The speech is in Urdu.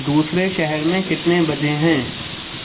دووسرے شہر میں کتنے بجے ہیں